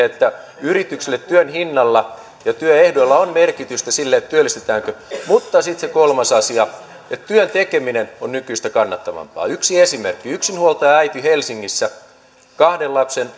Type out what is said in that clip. että yrityksille työn hinnalla ja työehdoilla on merkitystä siinä työllistetäänkö mutta sitten se kolmas asia että työn tekeminen olisi nykyistä kannattavampaa yksi esimerkki jos yksinhuoltajaäiti helsingissä kahden